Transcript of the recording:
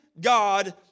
God